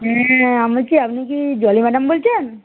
হ্যাঁ আমি কি আপনি কি জলি ম্যাডাম বলছেন